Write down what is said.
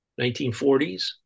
1940s